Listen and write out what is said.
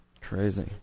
Crazy